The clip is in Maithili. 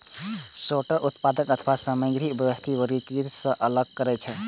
सॉर्टर उत्पाद अथवा सामग्री के व्यवस्थित, वर्गीकृत आ अलग करै छै